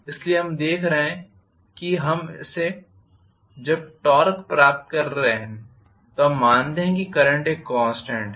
इसलिए हम देख रहे हैं कि जब हम टॉर्क प्राप्त कर रहे हैं तो हम मानते हैं कि करंट एक कॉन्स्टेंट है